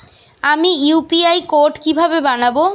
আমি UPI code কিভাবে বানাব?